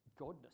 godness